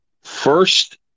first